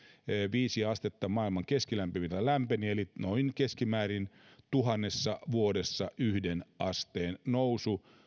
viisi astetta maailman keskilämpötila lämpeni eli keskimäärin noin tuhannessa vuodessa yhden asteen nousu